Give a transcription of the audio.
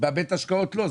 בבית ההשקעות לא.